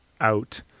out